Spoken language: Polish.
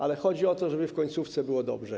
Ale chodzi o to, żeby na końcu było dobrze.